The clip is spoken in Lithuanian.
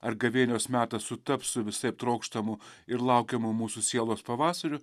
ar gavėnios metas sutaps su visaip trokštamu ir laukiamu mūsų sielos pavasariu